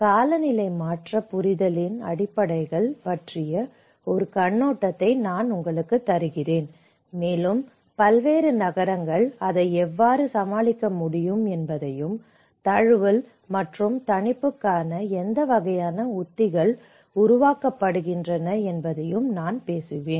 காலநிலை மாற்ற புரிதலின் அடிப்படைகள் பற்றிய ஒரு கண்ணோட்டத்தை நான் உங்களுக்கு தருகிறேன் மேலும் பல்வேறு நகரங்கள் அதை எவ்வாறு சமாளிக்க முடியும் என்பதையும் தழுவல் மற்றும் தணிப்புக்கான எந்த வகையான உத்திகள் உருவாக்கப்படுகின்றன என்பதையும் நான் பேசுவேன்